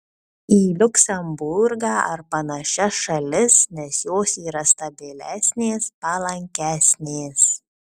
į liuksemburgą ar panašias šalis nes jos yra stabilesnės palankesnės